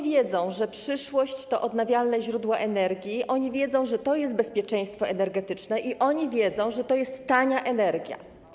Wiedzą, że przyszłość to odnawialne źródła energii, wiedzą, że to jest bezpieczeństwo energetyczne i że to jest tania energia.